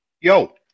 Yo